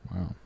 Wow